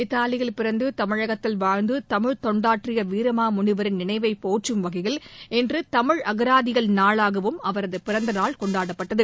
இத்தாலியில் பிறந்து தமிழகத்தில் வாழ்ந்து தமிழ் தொண்டாற்றிய வீரமா முனிவரின் நினைவை போற்றம் வகையில் இன்று தமிழ் அனாதியியல் நாளாகவும் அவரது பிறந்தநாள் கொண்டாடப்பட்டது